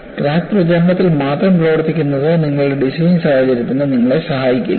crack പ്രചാരണത്തിൽ മാത്രം പ്രവർത്തിക്കുന്നത് നിങ്ങളുടെ ഡിസൈൻ സാഹചര്യത്തിന് നിങ്ങളെ സഹായിക്കില്ല